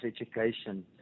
Education